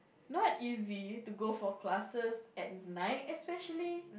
not easy to go for classes at night especially